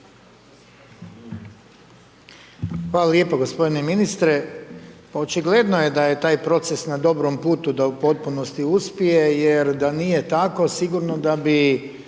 Hvala lijepo g. ministre, očigledno je da je taj proces na dobrom putu da u potpunosti uspije, jer da nije tako, sigurno da bi